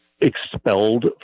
expelled